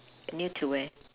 near to where